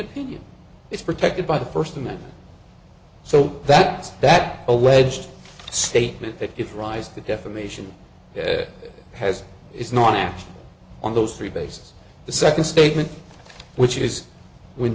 opinion it's protected by the first amendment so that that alleged statement that its rise to the defamation has is not actually on those three bases the second statement which is when